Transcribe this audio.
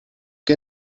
que